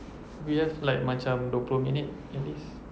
we have like macam dua puluh minit at least